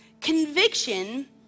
Conviction